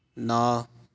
ਨਾ